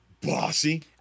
bossy